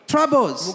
Troubles